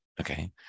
Okay